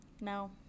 No